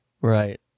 Right